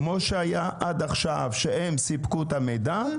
כמו שהיה עד עכשיו, הם סיפקו את המידע.